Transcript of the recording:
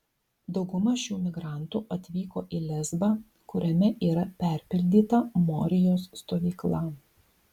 dauguma šių migrantų atvyko į lesbą kuriame yra perpildyta morijos stovykla